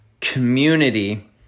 community